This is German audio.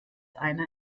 einer